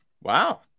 Wow